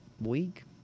week